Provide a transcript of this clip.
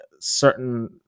certain